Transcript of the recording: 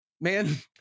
man